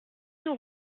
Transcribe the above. nous